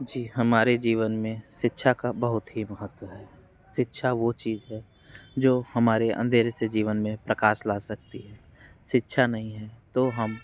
जी हमारे जीवन में शिक्षा का बहुत ही महत्व है शिक्षा वह चीज़ है जो हमारे अंधेरे से जीवन में प्रकाश ला सकती है शिक्षा नहीं है तो हम